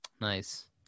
nice